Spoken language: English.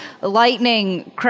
lightning